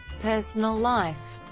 personal life